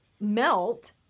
melt